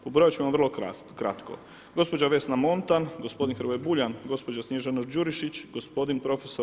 Pobrojat ću vam vrlo kratko, gospođa Vesna Montan, gospodin Hrvoje Buljan, gospođa Snježana Đurišić, gospodin pr.